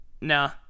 Nah